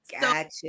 Gotcha